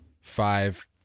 five